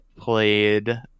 played